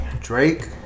Drake